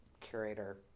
curator